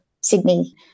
Sydney